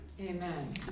Amen